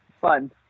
fun